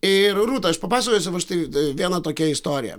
ir rūta aš papasakosiu va štai vieną tokią istoriją